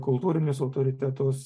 kultūrinius autoritetus